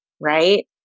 right